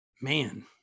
man